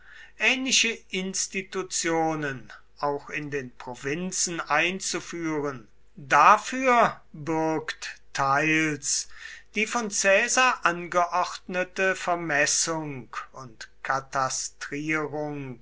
ähnliche institutionen auch in den provinzen einzuführen dafür bürgt teils die von caesar angeordnete vermessung und katastrierung